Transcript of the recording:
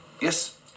Yes